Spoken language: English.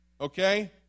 Okay